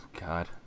God